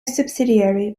subsidiary